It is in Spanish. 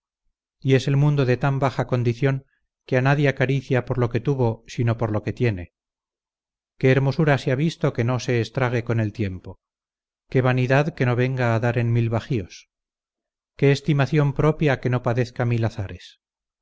y es el mundo de tan baja condición que a nadie acaricia por lo que tuvo sino por lo que tiene qué hermosura se ha visto que no se estrague con el tiempo qué vanidad que no venga a dar en mil bajíos qué estimación propia que no padezca mil azares